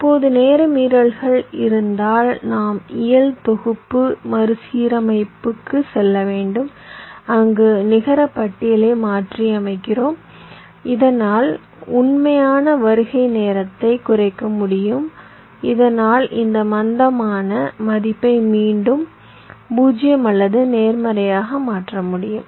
இப்போது நேர மீறல் இருந்தால் நாம் இயல் தொகுப்பு மறுசீரமைப்பிற்கு செல்ல வேண்டும் அங்கு நிகரப்பட்டியலை மாற்றியமைக்கிறோம் இதனால் உண்மையான வருகை நேரத்தைக் குறைக்க முடியும் இதனால் இந்த மந்தமான மதிப்பை மீண்டும் 0 அல்லது நேர்மறையாக மாற்ற முடியும்